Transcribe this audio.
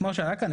כמו שעלה כאן,